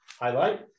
highlight